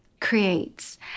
creates